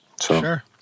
Sure